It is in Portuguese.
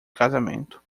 casamento